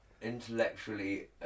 intellectually